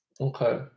okay